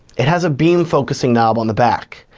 it has a beam focusing knob on the back.